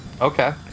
okay